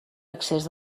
excés